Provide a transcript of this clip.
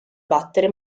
battere